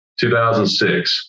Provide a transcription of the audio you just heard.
2006